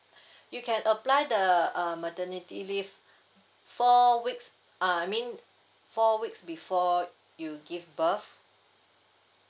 you can apply the uh maternity leave four weeks uh I mean four weeks before you give birth